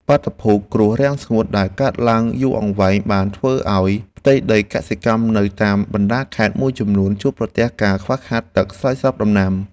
បាតុភូតគ្រោះរាំងស្ងួតដែលកើតឡើងយូរអង្វែងបានធ្វើឱ្យផ្ទៃដីកសិកម្មនៅតាមបណ្តាខេត្តមួយចំនួនជួបប្រទះការខ្វះខាតទឹកស្រោចស្រពដំណាំ។